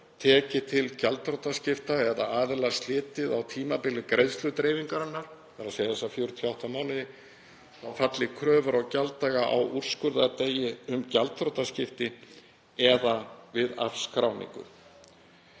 tekið til gjaldþrotaskipta eða aðila slitið á tímabili greiðsludreifingarinnar, þ.e. þessa 48 mánuði, falli kröfur á gjalddaga á úrskurðardegi um gjaldþrotaskipti eða við afskráningu.